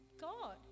God